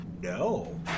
No